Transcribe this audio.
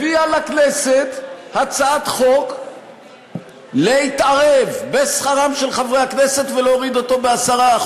הביאה לכנסת הצעת חוק להתערב בשכרם של חברי הכנסת ולהוריד אותו ב-10%.